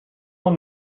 und